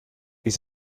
ist